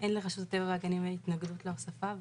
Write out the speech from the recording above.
אין לרשות הטבע והגנים התנגדות להוספה ותודה.